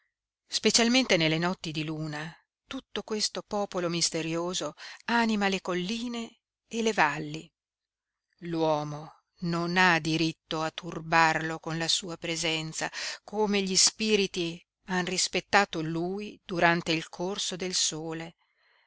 specialmente nelle notti di luna tutto questo popolo misterioso anima le colline e le valli l'uomo non ha diritto a turbarlo con la sua presenza come gli spiriti han rispettato lui durante il corso del sole